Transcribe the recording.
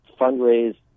fundraise